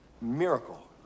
miracle